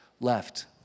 left